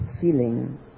feeling